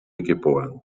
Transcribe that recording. geboren